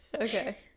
okay